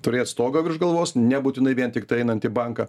turėt stogą virš galvos nebūtinai vien tiktai einant į banką